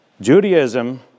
Judaism